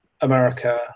America